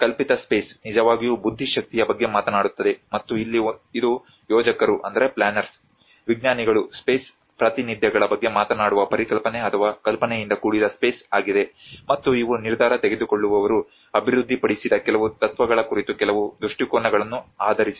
ಕಲ್ಪಿತ ಸ್ಪೇಸ್ ನಿಜವಾಗಿಯೂ ಬುದ್ಧಿಶಕ್ತಿಯ ಬಗ್ಗೆ ಮಾತನಾಡುತ್ತದೆ ಮತ್ತು ಇಲ್ಲಿ ಇದು ಯೋಜಕರು ವಿಜ್ಞಾನಿಗಳು ಸ್ಪೇಸ್ ಪ್ರಾತಿನಿಧ್ಯಗಳ ಬಗ್ಗೆ ಮಾತನಾಡುವ ಪರಿಕಲ್ಪನೆ ಅಥವಾ ಕಲ್ಪನೆಯಿಂದ ಕೂಡಿದ ಸ್ಪೇಸ್ ಆಗಿದೆ ಮತ್ತು ಇವು ನಿರ್ಧಾರ ತೆಗೆದುಕೊಳ್ಳುವವರು ಅಭಿವೃದ್ಧಿಪಡಿಸಿದ ಕೆಲವು ತತ್ವಗಳ ಕುರಿತು ಕೆಲವು ದೃಷ್ಟಿಕೋನಗಳನ್ನು ಆಧರಿಸಿವೆ